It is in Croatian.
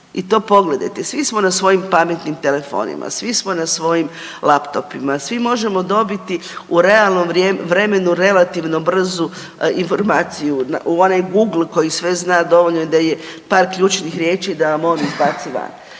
i to pogledajte svi smo na svojim pametnim telefonima, svi smo na svojim laptopima, svi možemo dobiti u realnom vremenu realno brzu informaciju u onaj Google koji sve zna dovoljno je par ključnih riječi da vam on izbaci van.